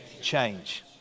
change